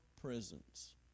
prisons